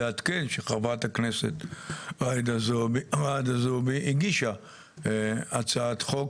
לעדכן שחברת הכנסת ג'ידא זועבי הגישה הצעת חוק